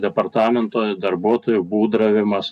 departamento darbuotojų būdravimas